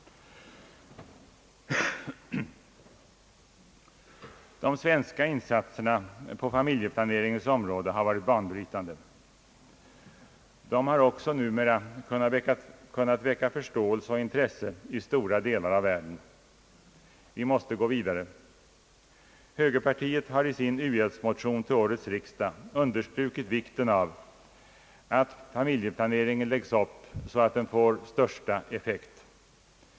De svenska insatserna på familjeplaneringens område har varit banbrytande. De har numera också kunnat väcka förståelse och intresse i stora delar av världen. Vi måste gå vidare. Högerpartiet har i sin u-hjälpsmotion till årets riksdag understrukit vikten av att familjeplaneringen läggs upp så att den får största möjliga effekt.